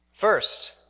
First